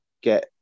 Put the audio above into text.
get